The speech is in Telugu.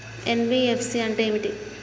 ఎన్.బి.ఎఫ్.సి అంటే ఏమిటి?